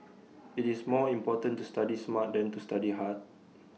IT is more important to study smart than to study hard